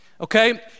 Okay